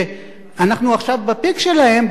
שאנחנו עכשיו ב-peak שלהם,